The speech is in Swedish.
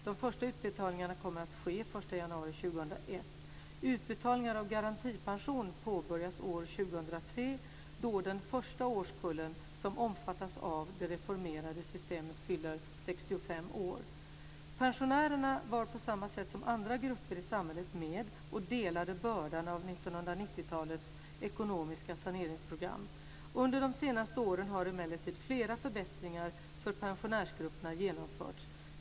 De första utbetalningarna kommer att ske den Pensionärerna var på samma sätt som andra grupper i samhället med och delade bördan av 1990-talets ekonomiska saneringsprogram. Under de senaste åren har emellertid flera förbättringar för pensionärsgrupperna genomförts.